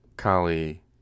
Kali